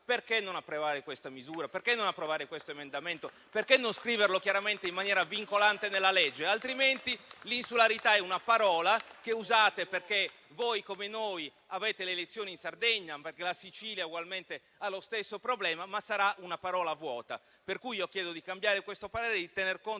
perché non approvare questa misura? Perché non approvare questo emendamento? Perché non scriverlo chiaramente in maniera vincolante nella legge? Altrimenti, l'insularità è una parola che usate, perché voi - come noi - avete le elezioni in Sardegna, perché la Sicilia ugualmente ha lo stesso problema, ma sarà una parola vuota. Chiedo pertanto di cambiare questo parere, di tener conto